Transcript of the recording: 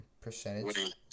percentage